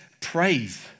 praise